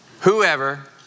Whoever